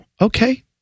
okay